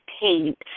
paint